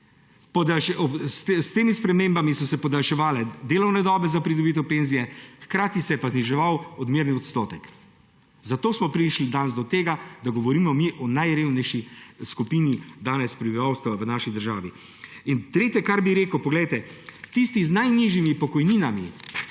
S temi spremembami so se podaljševale delovne dobe za pridobitev penzije, hkrati se ja pa zniževal odmerni odstotek. Zato smo prišli danes do tega, da danes govorimo mi o najrevnejši skupini prebivalstva v naši državi. In tretje, kar bi rekel, tisti z najnižjimi pokojninami